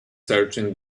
searching